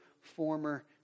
former